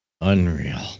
Unreal